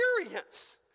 experience